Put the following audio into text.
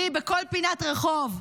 לי בכל פינת רחוב,